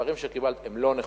המספרים שקיבלת הם לא נכונים,